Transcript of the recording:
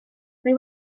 rwy